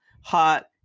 hot